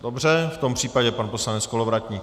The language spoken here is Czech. Dobře, v tom případě pan poslanec Kolovratník.